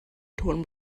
torn